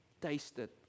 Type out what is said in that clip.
tasted